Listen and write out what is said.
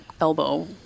elbow